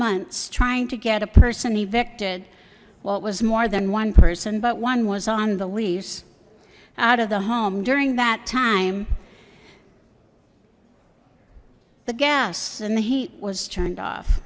months trying to get a person evict add what was more than one person but one was on the lease out of the home during that time the gas and the heat was